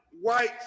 white